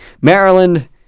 Maryland